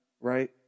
Right